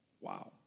Wow